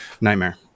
nightmare